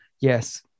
yes